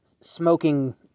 smoking